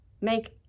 make